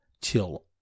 till